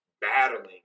battling